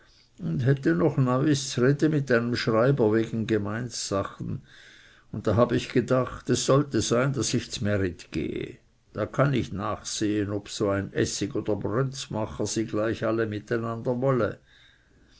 und hätte noch neuis z'rede mit einem schreiber wegen gemeindssachen und da hab ich gedacht es sollte sein daß ich zmärit gehe da kann ich nach sehen ob so ein essig oder brönzmacher sie gleich alle miteinander wolle